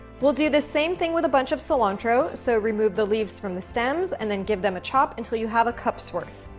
we'll do the same thing with a bunch of cilantro. so remove the leaves from the stems and then give them a chop until you have a cup's worth.